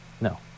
No